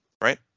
Right